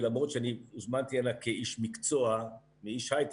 ולמרות שאני הוזמנתי הנה כאיש מקצוע ואיש הייטק,